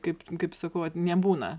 kaip kaip sakau vat nebūna